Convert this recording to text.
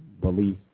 belief